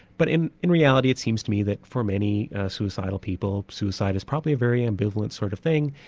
but in in reality it seems to me that for many suicidal people, suicide is probably a very ambivalent sort of thing.